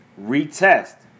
retest